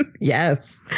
Yes